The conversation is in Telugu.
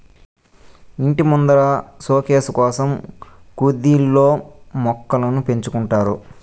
ఇంటి ముందర సోకేసు కోసం కుదిల్లో మొక్కలను పెంచుకుంటారు